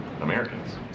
Americans